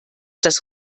das